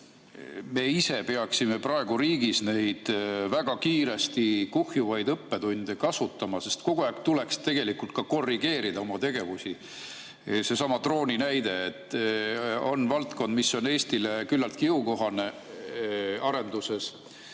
me ise peaksime praegu riigis neid väga kiiresti kuhjuvaid õppetunde kasutama, sest kogu aeg tuleks ka korrigeerida oma tegevusi. Seesama drooni näide. See on valdkond, mis on Eestile küllaltki jõukohane arenduses.